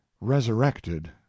resurrected